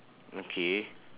okay